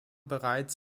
bereits